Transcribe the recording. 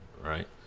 Right